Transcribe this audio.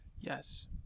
Yes